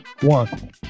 One